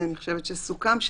ואני חושבת שסוכם,